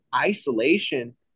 Isolation